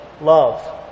love